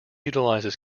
utilizes